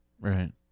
Right